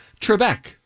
Trebek